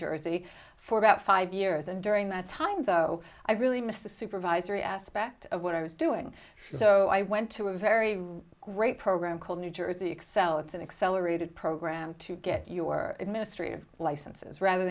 jersey for about five years and during that time though i really missed the supervisory aspect of what i was doing so i went to a very real great program called new jersey excel it's an accelerated program to get your administrative licenses rather